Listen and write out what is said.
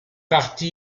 parti